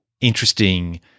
interesting